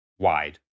Wide